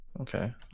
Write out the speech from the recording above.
okay